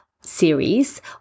series